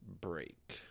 break